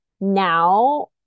now